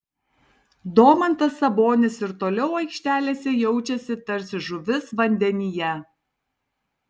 domantas sabonis ir toliau aikštelėse jaučiasi tarsi žuvis vandenyje